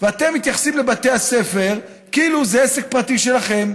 ואתם מתייחסים לבתי הספר כאילו זה עסק פרטי שלכם: